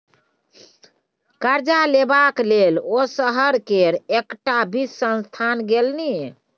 करजा लेबाक लेल ओ शहर केर एकटा वित्त संस्थान गेलनि